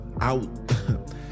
out